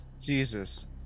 Jesus